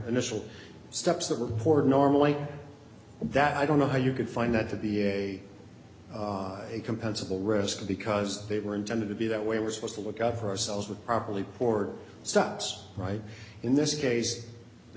initial steps that report normally that i don't know how you could find that to be a compensable risk because they were intended to be that way we're supposed to look out for ourselves with properly poured stops right in this case the